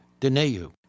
Deneu